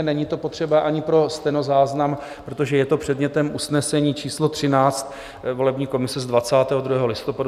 Není to potřeba ani pro stenozáznam, protože je to předmětem usnesení číslo 13 volební komise z 22. listopadu.